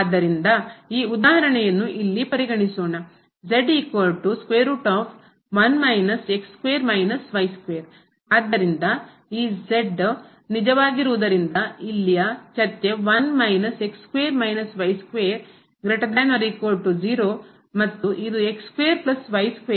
ಆದ್ದರಿಂದ ಈಗ ಈ ಉದಾಹರಣೆಯನ್ನು ಇಲ್ಲಿ ಪರಿಗಣಿಸೋಣ ಆದ್ದರಿಂದ ಈ ಇಲ್ಲಿಯ ಚರ್ಚೆ ಮತ್ತು ಇದು ಎಂದು ಸೂಚಿಸುತ್ತದೆ